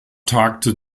tagte